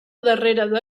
darrera